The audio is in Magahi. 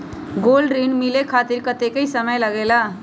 गोल्ड ऋण मिले खातीर कतेइक समय लगेला?